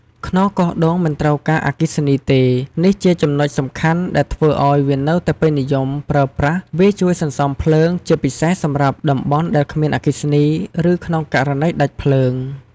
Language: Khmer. ខ្នោសកោងដូងមិនត្រូវការអគ្គិសនីទេ នេះជាចំណុចសំខាន់ដែលធ្វើឲ្យវានៅតែពេញនិយមប្រើប្រាស់ វាជួយសន្សំភ្លើង ជាពិសេសសម្រាប់តំបន់ដែលគ្មានអគ្គិសនី ឬ ក្នុងករណីដាច់ភ្លើង។